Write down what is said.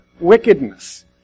wickedness